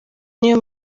niyo